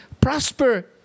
prosper